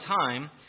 time